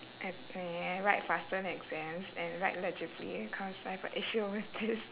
and write faster in exams and write legibly cause I got issue over this